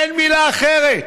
אין מילה אחרת.